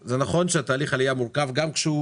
זה נכון שתהליך עלייה מורכב גם כשהוא